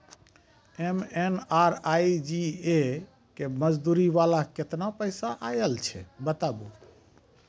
MNREGA के मज़दूरी वाला केतना पैसा आयल छै बताबू?